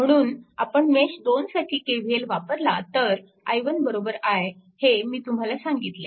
म्हणून आपण मेश 2 साठी KVL वापरला तर i1 i हे मी तुम्हाला सांगितले